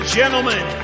gentlemen